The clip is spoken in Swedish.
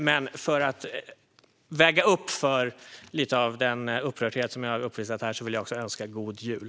Men för att väga upp för lite av den upprördhet som jag uppvisat här vill jag också önska god jul.